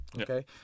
Okay